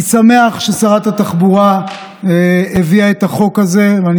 אני שמח ששרת התחבורה הביאה את החוק הזה ואני